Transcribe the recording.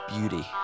Beauty